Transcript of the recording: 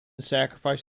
sacrifice